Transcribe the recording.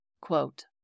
Quote